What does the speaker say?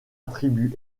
attribue